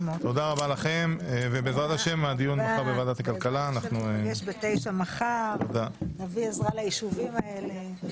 בעזרת השם אנחנו ניפגש מחר ב-9:00 ונביא עזרה ליישובים האלה.